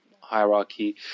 hierarchy